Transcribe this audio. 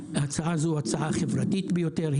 ההצעה הזו היא הצעה חברתית ביותר,